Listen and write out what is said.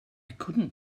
couldn’t